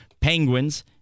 Penguins